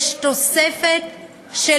יש תוספת של